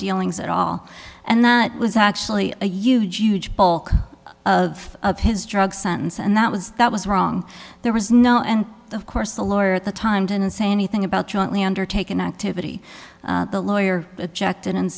dealings at all and that was actually a huge huge bulk of of his drug sentence and that was that was wrong there was no and of course the lawyer at the time didn't say anything about jointly undertaken activity the lawyer objected and